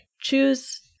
choose-